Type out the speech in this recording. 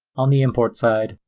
on the import side,